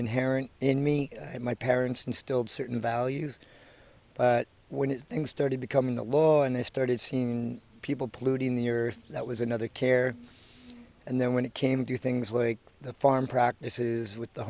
inherent in me my parents instilled certain values when things started becoming the law and they started seemed people polluting the earth that was another care and then when it came to things like the farm practices with the